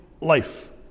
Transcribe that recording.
life